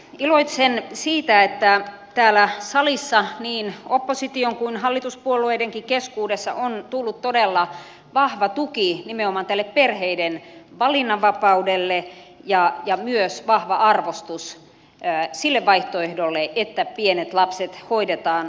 iloitsen siitä että täällä salissa niin opposition kuin hallituspuolueidenkin keskuudessa on tullut todella vahva tuki nimenomaan tälle perheiden valinnanvapaudelle ja myös vahva arvostus sille vaihtoehdolle että pienet lapset hoidetaan kotona